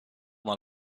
dans